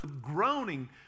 groaning